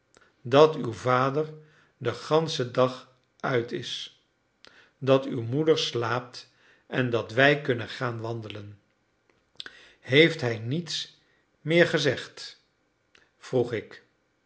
dat uw vader den ganschen dag uit is dat uw moeder slaapt en dat wij kunnen gaan wandelen heeft hij niets meer gezegd vroeg ik